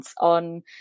on